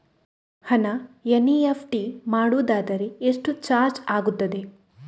ಹಣ ಎನ್.ಇ.ಎಫ್.ಟಿ ಮಾಡುವುದಾದರೆ ಎಷ್ಟು ಚಾರ್ಜ್ ಆಗುತ್ತದೆ?